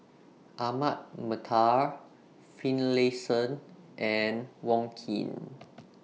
Ahmad Mattar Finlayson and Wong Keen